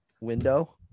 Window